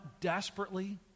desperately